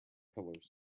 pillars